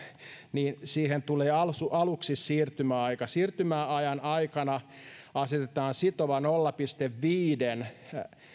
niin siihen tulee aluksi siirtymäaika siirtymäajan aikana asetetaan sitova nolla pilkku viiden